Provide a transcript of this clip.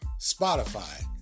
Spotify